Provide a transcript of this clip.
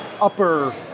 upper